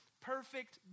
perfect